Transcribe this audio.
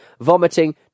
vomiting